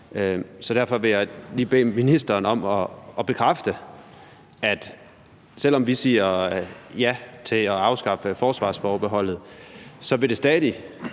Så derfor vil jeg lige bede ministeren om at bekræfte, at det, selv om vi siger ja til at afskaffe forsvarsforbeholdet, og selv hvis